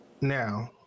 now